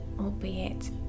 albeit